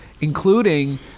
Including